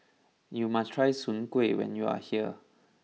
you must try Soon Kueh when you are here